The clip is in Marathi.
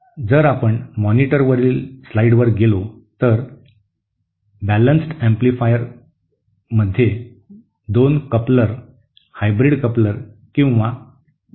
जर आपण मॉनिटरवरील स्लाइड्सवर गेलो तर संतुलित प्रवर्धकात 2 कपलर हायब्रीड कपलर किंवा 90 डीग्री कपलर असतात